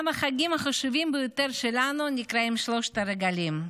גם החגים החשובים ביותר שלנו נקראים שלושת הרגלים,